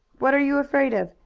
what are you afraid of?